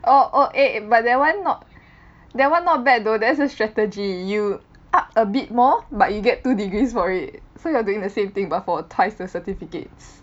oh oh eh but that one not that one not bad though there's a strategy you up a bit more but you get two degrees for it so you are doing the same thing but for twice the certificates